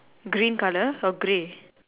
green colour or grey